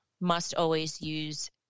must-always-use